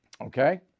Okay